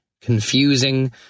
confusing